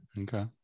Okay